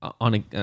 on